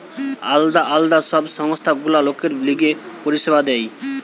আলদা আলদা সব সংস্থা গুলা লোকের লিগে পরিষেবা দেয়